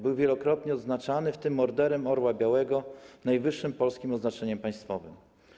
Był wielokrotnie odznaczany, w tym Orderem Orła Białego - najwyższym polskim odznaczeniem państwowym.